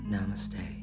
Namaste